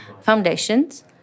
foundations